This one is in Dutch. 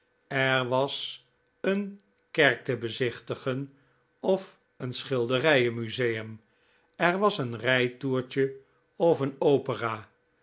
er was een kerk te bezichtigen of een schilderijen museum er was een rijtoertje of een opera